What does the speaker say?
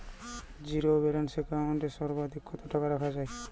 Zero balance account এ সর্বাধিক কত টাকা রাখা য়ায়?